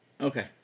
Okay